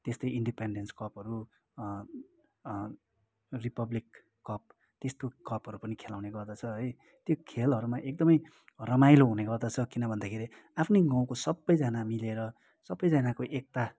त्यस्तै इन्डिपेन्डेन्स कपहरू republic cup त्यस्तो कपहरू पनि खेलाउने गर्दछ है त्यो खेलहरूमा एकदमै रमाइलो हुने गर्दछ किन भन्दाखेरि आफ्नै गाउँको सबैजना मिलेर सबैजनाकै एकता